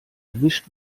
erwischt